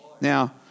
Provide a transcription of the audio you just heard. Now